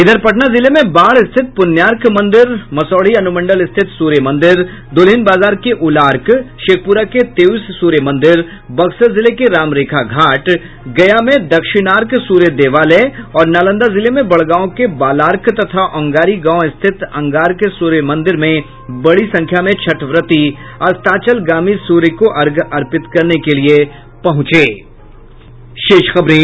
इधर पटना जिले में बाढ़ स्थित पुण्यार्क मंदिर मसौढ़ी अनुमंडल स्थित सूर्य मंदिर दुल्हिन बाजार के उलार्क शेखप्रा के तेउस सूर्य मंदिर बक्सर जिले के राम रेखा घाट गया में दक्षिणार्क सूर्य देवालय और नालंदा जिले में बड़गांव के बालार्क तथा औगांरी गांव स्थित अंगार्क सूर्य मंदिर में बड़ी संख्या में छठ व्रती अस्ताचलगामी सूर्य को अर्घ्य अर्पित करने के लिए पहुंचे हैं